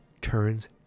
Turns